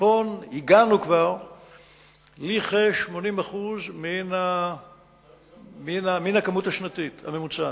בצפון הגענו כבר לכ-80% מן הכמות השנתית הממוצעת.